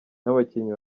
n’abakinnyi